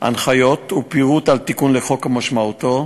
הנחיות ופירוט על התיקון לחוק ומשמעותו,